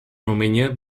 romania